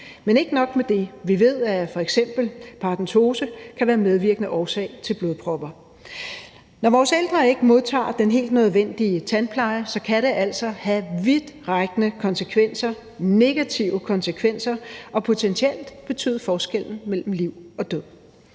Men ikke nok med det: Vi ved, at f.eks. paradentose kan være medvirkende årsag til blodpropper. Når vores ældre ikke modtager den helt nødvendige tandpleje, kan det altså have vidtrækkende negative konsekvenser og potentielt betyde forskellen mellem liv og død.